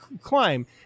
climb